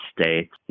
States